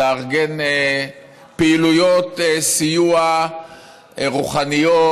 לארגן פעילויות סיוע רוחניות,